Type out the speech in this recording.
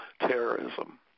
terrorism